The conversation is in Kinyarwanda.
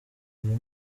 iyi